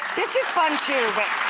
this is fun too but